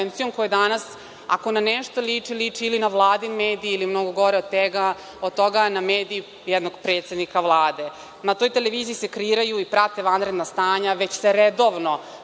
koja danas, ako na nešto liči, liči ili na vladini mediji, ili mnogo gore od toga, na medije jednog predsednika Vlade. Na toj televiziji se kreiraju i prate vanredna stanja već se redovno